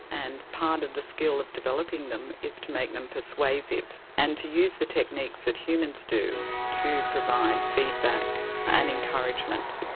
and part of the skill of developing them is to make them persuasive and to use the techniques that humans do to provide feedback and encouragement.